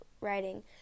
writing